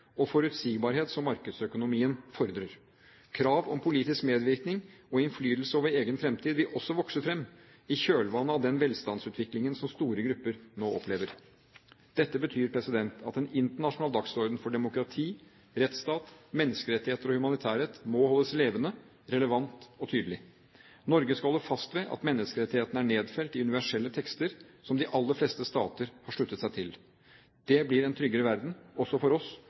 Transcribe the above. og forutsigbarhet som markedsøkonomien fordrer. Krav om politisk medvirkning og innflytelse over egen fremtid vil også vokse fram i kjølvannet av den velstandsutviklingen som store grupper nå opplever. Dette betyr at en internasjonal dagsorden for demokrati, rettsstat, menneskerettigheter og humanitærrett må holdes levende, relevant og tydelig. Norge skal holde fast ved at menneskerettighetene er nedfelt i universelle tekster som de aller fleste stater har sluttet seg til. Det blir en tryggere verden, også for oss,